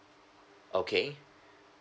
okay